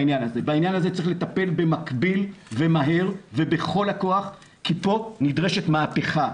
בעניין הזה צריך לטפל במקביל ומהר ובכל הכוח כי פה נדרשת מהפכה.